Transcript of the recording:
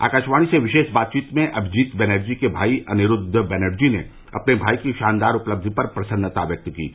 आकाशवाणी से विशेष बातचीत में अभिजीत बैनर्जी के भाई अनिरुद्व बैनर्जी ने अपने भाई की शानदार उपलब्धि पर प्रसन्नता व्यक्त की है